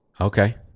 Okay